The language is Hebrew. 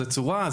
זו צורה?